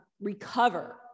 recover